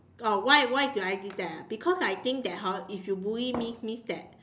oh why why do I do that ah because I think that hor if you bully me means that